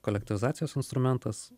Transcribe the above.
kolektyvizacijos instrumentas